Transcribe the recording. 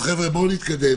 הלאה, חבר'ה, בואו נתקדם.